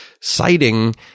citing